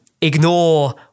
ignore